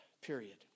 period